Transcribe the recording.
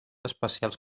especials